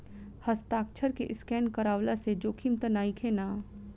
हस्ताक्षर के स्केन करवला से जोखिम त नइखे न?